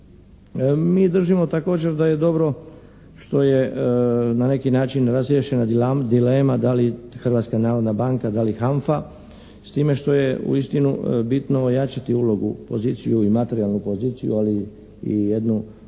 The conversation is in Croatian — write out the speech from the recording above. Mi držimo također da je dobro što je na neki način razriješena dilema da li Hrvatska narodna banka, da li HANFA s time što je uistinu bitno ojačati ulogu, poziciju i materijalnu poziciju ali i jednu izobraznu